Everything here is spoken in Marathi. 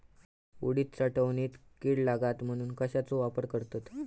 उडीद साठवणीत कीड लागात म्हणून कश्याचो वापर करतत?